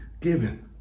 given